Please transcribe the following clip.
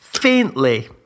faintly